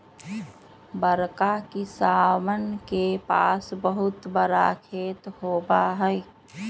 बड़का किसनवन के पास बहुत बड़ा खेत होबा हई